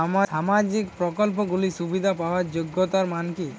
সামাজিক প্রকল্পগুলি সুবিধা পাওয়ার যোগ্যতা মান কি?